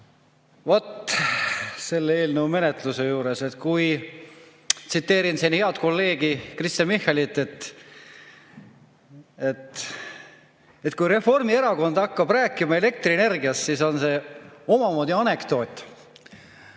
Vot, selle eelnõu menetlus ... Tsiteerin siin head kolleegi Kristen Michalit, et kui Reformierakond hakkab rääkima elektrienergiast, siis on see omamoodi anekdoot.